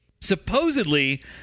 Supposedly